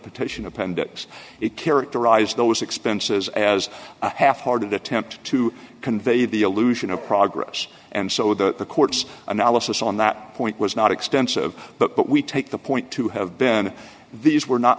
petition appendix it characterized those expenses as a half hearted attempt to convey the illusion of progress and so the courts analysis on that point was not extensive but we take the point to have been these were not